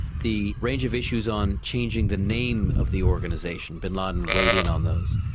the range of issues on changing the name of the organisation, bin laden weighed in on those.